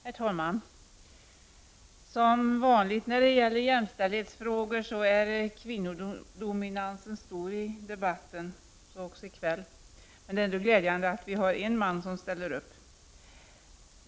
Herr talman! Som vanligt när det gäller jämställdhetsfrågor är kvinnodominansen stor i debatten. Så även i kväll. Men det är ändå glädjande att vi har en man som ställer upp.